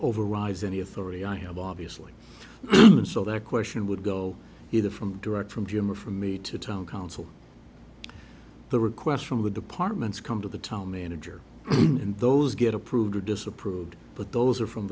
overrides any authority i have obviously and so that question would go either from direct from jim or for me to town council the requests from the departments come to the town manager and those get approved or disapproved but those are from